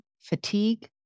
fatigue